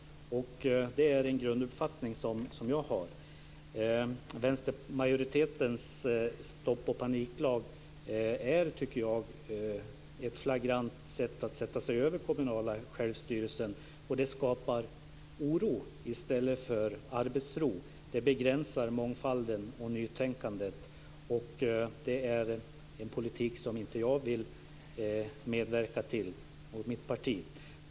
Det är en grunduppfattning som jag har. Vänstermajoritetens stopp och paniklag är ett flagrant sätt att sätta sig över den kommunala självstyrelsen. Det skapar oro i stället för arbetsro. Det begränsar mångfalden och nytänkandet. Det är en politik som jag och mitt parti inte vill medverka till.